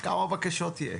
כמה בקשות יש?